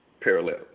parallel